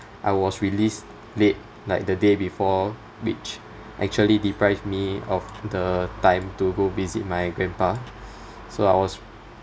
I was released late like the day before which actually deprived me of the time to go visit my grandpa so I was